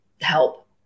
help